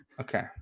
okay